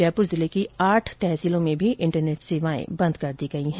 जयपुर जिले की आठ तहसीलों में भी इंटरनेट सेवाएं बंद की गई है